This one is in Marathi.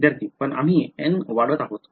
विद्यार्थी पण आम्ही N वाढत आहोत